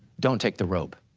don't take the robe,